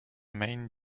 main